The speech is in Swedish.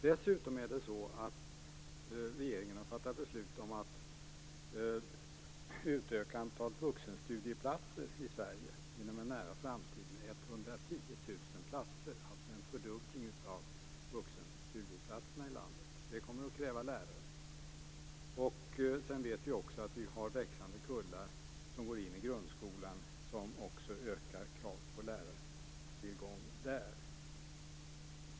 Dessutom har regeringen fattat beslut om att utöka antalet vuxenstudieplatser i Sverige inom en nära framtid, med 110 000 platser, alltså en fördubbling av vuxenstudieplatserna i landet. Det kommer att kräva lärare. Sedan vet vi också att vi har växande kullar som går in i grundskolan, vilket också ökar kraven på lärartillgång där.